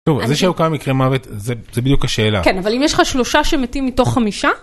טוב אז יש לנו כמה מקרי מוות זה זה בדיוק השאלה, כן אבל אם יש לך שלושה שמתים מתוך חמישה.